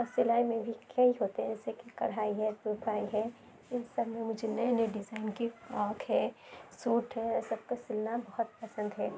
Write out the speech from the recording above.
اور سلائی میں بھی کئی ہوتے ہیں جیسے کہ کرھائی ہے ترپائی ہے ان سب میں مجھے نئے نئے ڈیزائن کی فراک ہے سوٹ ہے ان سب کا سلنا بہت پسند ہے